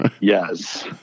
Yes